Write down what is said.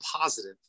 positive